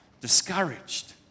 discouraged